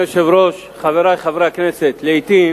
אדוני היושב-ראש, חברי חברי הכנסת, לעתים